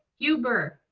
huber.